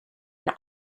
and